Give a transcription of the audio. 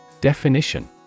Definition